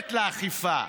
יכולת לאכוף,